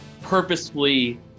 purposefully